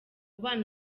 bana